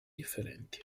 differenti